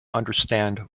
understand